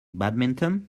badminton